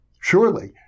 surely